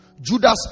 Judas